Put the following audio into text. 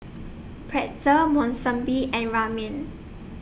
Pretzel Monsunabe and Ramen